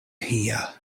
here